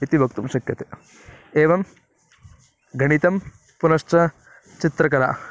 इति वक्तुं शक्यते एवं गणितं पुनश्च चित्रकला